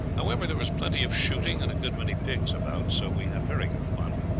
however, there was plenty of shooting, and a good many pigs about, so we had very good fun.